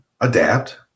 Adapt